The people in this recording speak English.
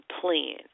plan